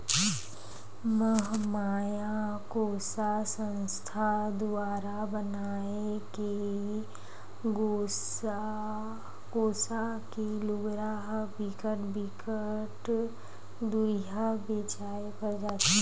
महमाया कोसा संस्था दुवारा बनाए गे कोसा के लुगरा ह बिकट बिकट दुरिहा बेचाय बर जाथे